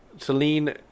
Celine